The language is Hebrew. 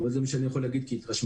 זה מה שאני יכול להגיד כהתרשמותי.